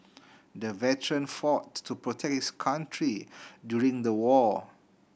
the veteran fought to protect his country during the war